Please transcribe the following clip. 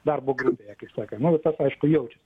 darbo grupėje kaip sakant nu vat tas aišku jaučiasi